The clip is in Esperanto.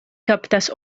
kaptas